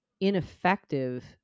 ineffective